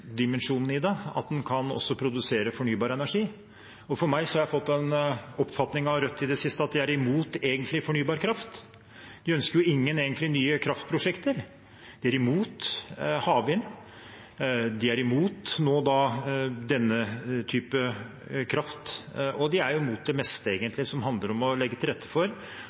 i det at en også kan produsere fornybar energi. Jeg har fått en oppfatning av Rødt i det siste om at de egentlig er imot fornybar kraft. De ønsker egentlig ingen nye kraftprosjekter. De er imot havvind. De er nå imot denne typen kraft. De er imot det meste som handler om å legge til rette for